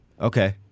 Okay